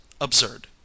absurd